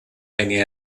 many